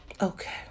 Okay